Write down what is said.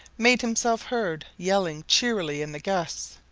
made himself heard yelling cheerily in the gusts,